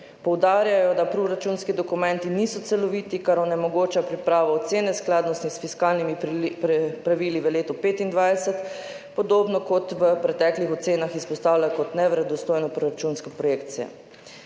Poudarjajo, da proračunski dokumenti niso celoviti, kar onemogoča pripravo ocene skladnosti s fiskalnimi pravili v letu 2025, podobno kot v preteklih ocenah izpostavljajo kot neverodostojno proračunsko projekcijo.